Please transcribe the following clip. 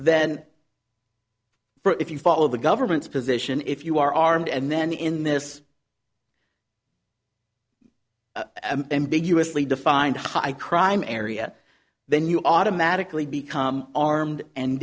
for if you follow the government's position if you are armed and then in this ambiguously defined high crime area then you automatically become armed and